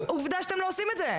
עובדה שאתם לא עושים את זה.